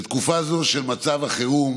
בתקופה זו של מצב החירום